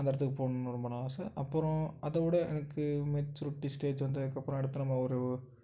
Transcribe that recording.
அந்த இடத்துக்கு போகணுன்னு ரொம்ப நாள் ஆசை அப்பறம் அதவுட எனக்கு மெச்சூரிட்டி ஸ்டேஜ் வந்ததுக்கப்புறம் அடுத்த நம்ம ஒரு